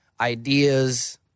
ideas